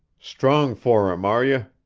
strong for him, are you?